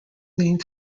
named